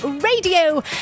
Radio